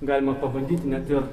galima pabandyti net ir